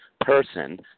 person